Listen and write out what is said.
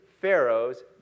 Pharaoh's